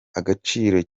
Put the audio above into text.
agaciro